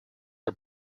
are